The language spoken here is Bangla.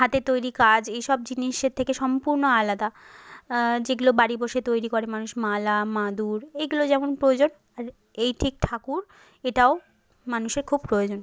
হাতের তৈরি কাজ এই সব জিনিসের থেকে সম্পূর্ণ আলাদা যেগুলো বাড়ি বসে তৈরি করে মানুষ মালা মাদুর এইগুলো যেমন প্রয়োজন আর এই ঠিক ঠাকুর এটাও মানুষের খুব প্রয়োজন